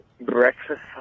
breakfast